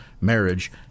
marriage